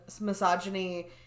misogyny